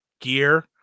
gear